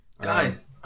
Guys